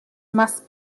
must